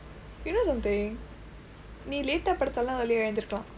you know something நீ:nii late-aa படுத்தா எல்லாம்:paduththaa ellaam early-aa எழுந்தரிக்கலாம்:ezhuntharikkalaam